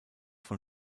von